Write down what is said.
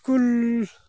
school